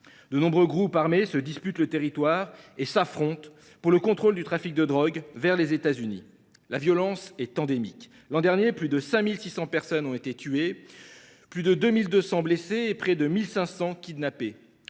De nombreux groupes armés se disputent le territoire et s’affrontent pour le contrôle du trafic de drogue vers les États Unis. La violence est endémique : l’an dernier, plus de 5 600 personnes ont été tuées, plus de 2 200 blessées et près de 1 500 kidnappées.